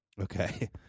Okay